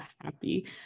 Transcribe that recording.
happy